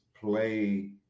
play